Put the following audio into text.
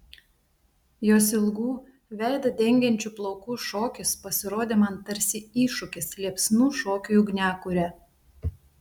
jos ilgų veidą dengiančių plaukų šokis pasirodė man tarsi iššūkis liepsnų šokiui ugniakure